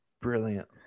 brilliant